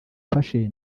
ufashe